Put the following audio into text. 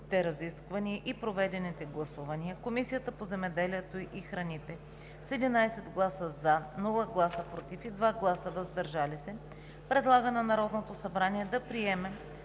разисквания и проведените гласувания Комисията по земеделието и храните с 11 гласа „за“, без „против“ и 2 гласа „въздържал се“ предлага на Народното събрание да приеме